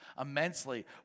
immensely